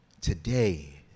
today